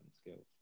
skills